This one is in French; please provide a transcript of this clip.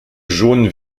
jaune